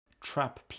Trap